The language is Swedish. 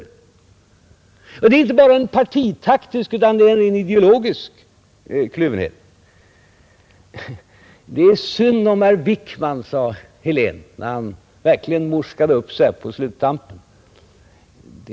67 Och det är inte bara en partitaktisk utan även en ideologisk kluvenhet. Det är synd om herr Wickman, sade herr Helén, när han verkligen morskade upp sig på sluttampen.